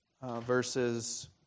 Verses